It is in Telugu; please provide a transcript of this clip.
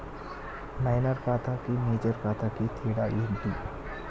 మైనర్ ఖాతా కి మేజర్ ఖాతా కి తేడా ఏంటి?